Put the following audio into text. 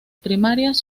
primarias